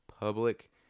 public